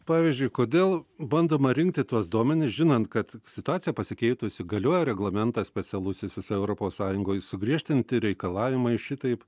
pavyzdžiui kodėl bandoma rinkti tuos duomenis žinant kad situacija pasikeitusi galioja reglamentas specialusis visoj europos sąjungoj sugriežtinti reikalavimai šitaip